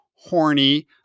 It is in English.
horny